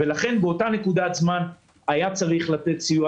לכן באותה נקודת זמן היה צריך לתת סיוע.